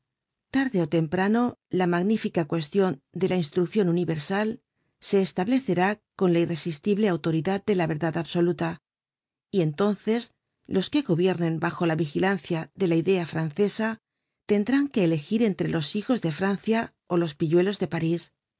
tarde ó temprano la magnífica cuestion de la instruccion universal se establecerá con la irresistible autoridad de la verdad absoluta y entonces los que gobiernen bajo la vigilancia de la idea francesa tendrán que elegir entre los hijos de francia ó los pilludos de parís